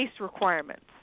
requirements